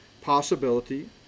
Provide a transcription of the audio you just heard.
possibility